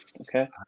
Okay